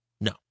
No